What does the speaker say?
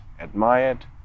admired